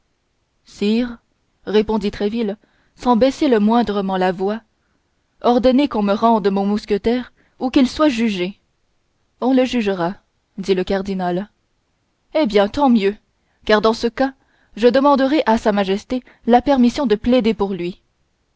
sire répondit tréville sans baisser le moindrement la voix ordonnez qu'on me rende mon mousquetaire ou qu'il soit jugé on le jugera dit le cardinal eh bien tant mieux car dans ce cas je demanderai à sa majesté la permission de plaider pour lui